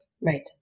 Right